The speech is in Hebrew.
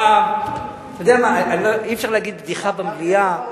אתה יודע מה, אי-אפשר להגיד בדיחה במליאה.